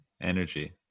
Energy